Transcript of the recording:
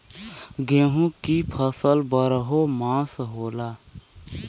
गेहूं की फसल बरहो मास होला